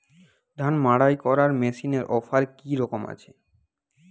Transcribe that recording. ধান মাড়াই করার মেশিনের অফার কী রকম আছে?